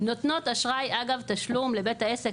נותנות אשראי אגב תשלום לבית העסק,